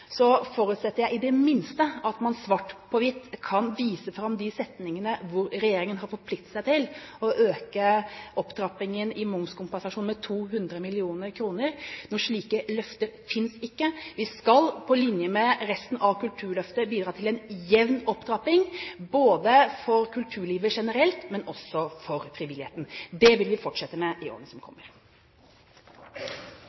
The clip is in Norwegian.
forutsetter jeg i det minste at man svart på hvitt kan vise fram de setningene hvor regjeringen har forpliktet seg til å øke opptrappingen i momskompensasjonen med 200 mill. kr. Noen slike løfter finnes ikke. Vi skal på linje med resten av Kulturløftet bidra til en jevn opptrapping, både for kulturlivet generelt og for frivilligheten. Det vil vi fortsette med i årene som